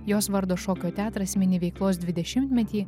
jos vardo šokio teatras mini veiklos dvidešimtmetį